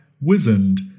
wizened